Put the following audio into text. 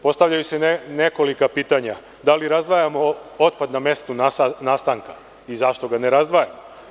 Postavlja se nekoliko pitanja: da li razdvajamo otpad na mestu nastanka i zašto ga ne razdvajamo?